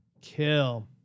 Kill